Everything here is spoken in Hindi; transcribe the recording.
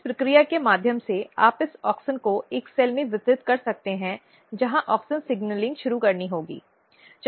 इस प्रक्रिया के माध्यम से आप इस ऑक्सिन को एक सेल में वितरित कर सकते हैं जहाँ ऑक्सिन सिग्नलिंग शुरू करनी होगी